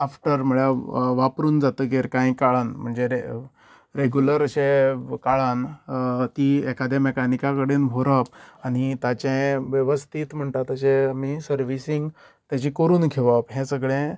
after म्हणल्यार वापरून जातगीर काही काळान म्हणजे रेगूलर अशे काळान ती एकाद्या मेकानीका कडेन व्हरप आनी ताचे वेवस्थीत म्हणटा तशे आमी सर्वीसिंग ताची करून घेवप हे सगळे